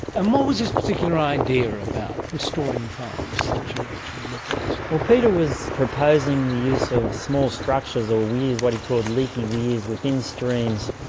and what was his particular idea about restoring farms that you actually looked at? peter was proposing the use of small structures or weirs, what he called leaky weirs, within streams,